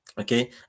okay